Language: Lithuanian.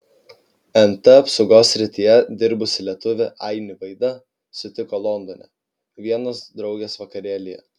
nt apsaugos srityje dirbusį lietuvį ainį vaida sutiko londone vienos draugės vakarėlyje